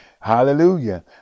Hallelujah